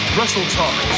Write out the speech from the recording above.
WrestleTalk